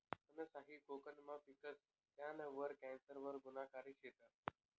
फनस हायी कोकनमा पिकस, त्याना गर कॅन्सर वर गुनकारी शेतस